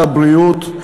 הוא רע לבריאות,